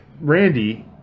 Randy